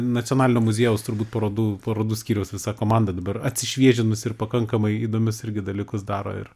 nacionalinio muziejaus turbūt parodų parodų skyriaus visa komanda dabar atsišviežinusi ir pakankamai įdomius irgi dalykus daro ir